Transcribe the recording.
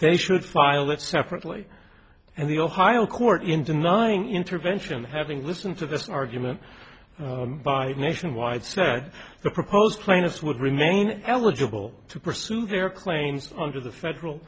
they should file it separately and the ohio court in denying intervention having listened to the argument by nationwide said the proposed plaintiffs would remain eligible to pursue their claims under the federal